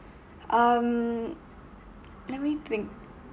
um let me think